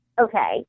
Okay